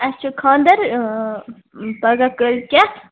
اَسہِ چھُ کھانٛدر اۭں پگہہ کٲلۍ کیٚتھ